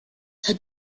the